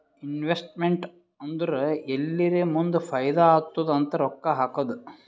investment ಅಂದುರ್ ಎಲ್ಲಿರೇ ಮುಂದ್ ಫೈದಾ ಆತ್ತುದ್ ಅಂತ್ ರೊಕ್ಕಾ ಹಾಕದ್